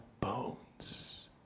bones